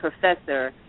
professor